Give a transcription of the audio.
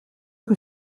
que